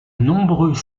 nombreux